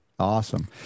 Awesome